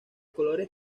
colores